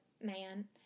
man